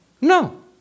No